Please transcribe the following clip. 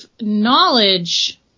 knowledge